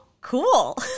cool